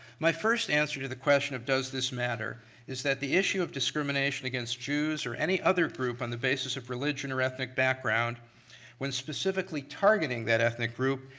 my first answer to the question of does this matter is that the issue of discrimination against jews or any other group on the basis of religion or ethnic background when specifically targeting that ethnic group,